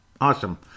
Awesome